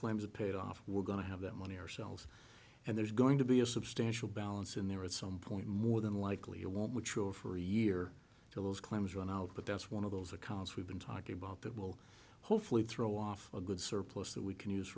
claims are paid off we're going to have that money ourselves and there's going to be a substantial balance in there at some point more than likely you won't mature for a year to those claims run out but that's one of those accounts we've been talking about that will hopefully throw off a good surplus that we can use